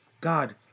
God